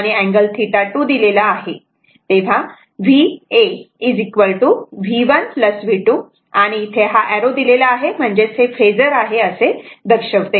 तेव्हा v A V1 V2 आणि हा एरो दिलेला आहे म्हणजेच हे फेजर आहे असे दर्शवते